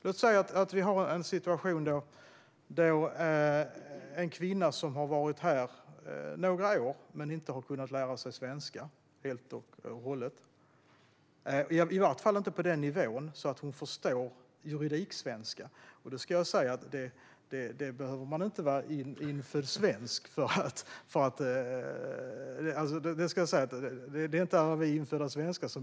Låt oss ta ett exempel med en kvinna som har varit här några år men inte har kunnat lära sig svenska helt och hållet - i varje fall inte på en sådan nivå att hon förstår juridiksvenska. Det begriper inte ens alla infödda svenskar.